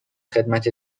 خدمت